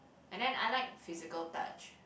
and then I like physical touch